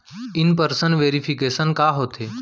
In person verification का होथे?